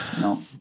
no